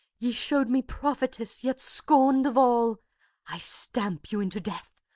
ye showed me prophetess yet scorned of all i stamp you into death,